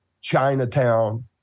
chinatown